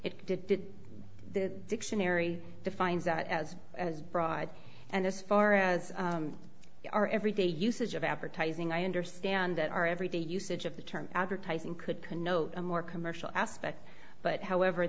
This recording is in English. it did it the dictionary defines that as as broad and as far as our everyday usage of advertising i understand that our everyday usage of the term advertising could connote a more commercial aspect but however